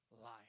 life